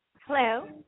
Hello